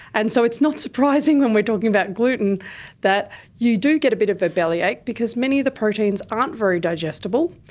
and so it's not surprising when we're talking about gluten that you do get a bit of a bellyache because many of the proteins aren't very digestible.